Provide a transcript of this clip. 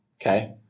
Okay